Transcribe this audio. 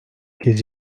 kez